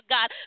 God